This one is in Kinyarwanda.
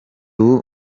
ubu